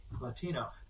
Latino